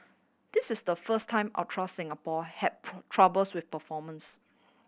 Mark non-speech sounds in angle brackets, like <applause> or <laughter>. this is the first time Ultra Singapore <unintelligible> troubles with performance